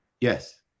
yes